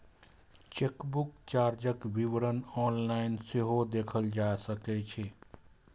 chequebook चार्जक विवरण online सेहो देखल जा सकै छै